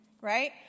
Right